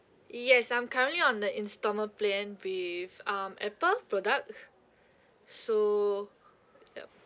yes I'm currently on the instalment plan with um apple product so yup